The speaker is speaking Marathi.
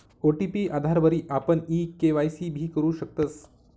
ओ.टी.पी आधारवरी आपण ई के.वाय.सी भी करु शकतस